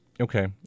Okay